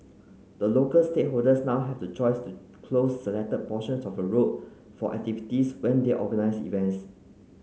the local stakeholders now have the choice to close selected portions of road for activities when they organise events